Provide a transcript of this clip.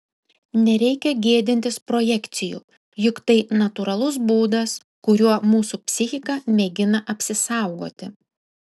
nereikia gėdintis projekcijų juk tai natūralus būdas kuriuo mūsų psichika mėgina apsisaugoti